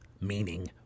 meaning